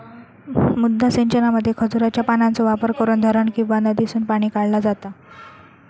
मुद्दा सिंचनामध्ये खजुराच्या पानांचो वापर करून धरण किंवा नदीसून पाणी काढला जाता